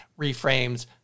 reframes